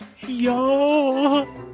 Yo